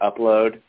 upload